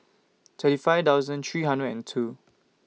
thirty five thousand three hundred and two